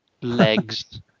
legs